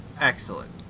Excellent